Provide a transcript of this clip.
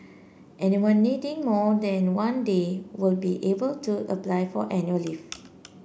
anyone needing more than one day will be able to apply for annual leave